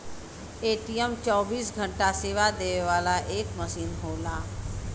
ATM चौबीस घंटा सेवा देवे वाला एक मसीन होला